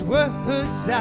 Words